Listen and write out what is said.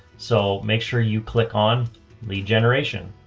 so make sure you click on lead generation.